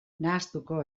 nahastuko